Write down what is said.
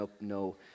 no